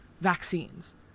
vaccines